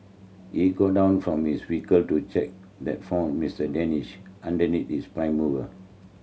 he got down from his vehicle to check and found Mister Danish underneath his prime mover